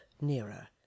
nearer